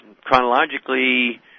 chronologically